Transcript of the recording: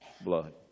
blood